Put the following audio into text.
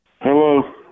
Hello